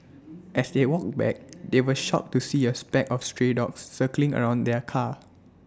as they walked back they were shocked to see A speck of stray dogs circling around their car